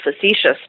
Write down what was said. facetious